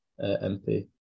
MP